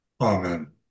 Amen